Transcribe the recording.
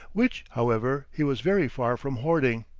which, however, he was very far from hoarding.